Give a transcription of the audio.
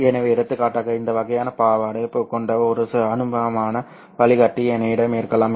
எனவே எடுத்துக்காட்டாக இந்த வகையான பாவாடை கொண்ட ஒரு அனுமான வடிகட்டி என்னிடம் இருக்கலாம்